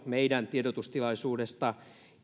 meidän tiedotustilaisuudestamme